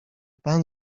pan